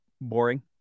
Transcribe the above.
boring